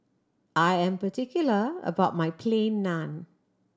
I am particular about my Plain Naan